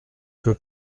peut